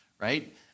right